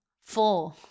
Four